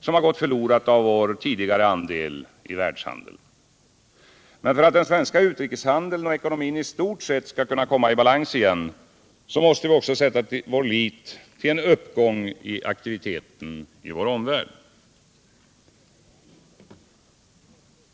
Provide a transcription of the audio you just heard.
som har gått förlorat av vår tidigare andel i världshandeln. Men för att den svenska utrikeshandeln och ekonomin i stort sett skall komma i balans igen måste vi också sätta vår lit till en uppgång i aktiviteten i vår omvärld.